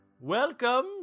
Welcome